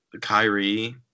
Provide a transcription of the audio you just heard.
Kyrie